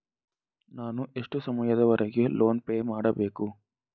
ನಾನು ಎಷ್ಟು ಸಮಯದವರೆಗೆ ಲೋನ್ ಪೇ ಮಾಡಬೇಕು?